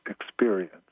experience